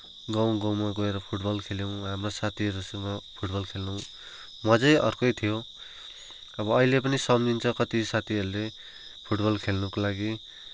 गाउँ गाउँमा गएर फुटबल खेल्यौँ हाम्रो साथीहरूसँग फुटबल खेल्नु मजै अर्कै थियो अब अहिले पनि सम्झिन्छ कति साथीहरूले फुटबल खेल्नको लागि